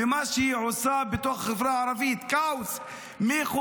במה שהיא עושה בתוך החברה הערבית, כאוס מכוון.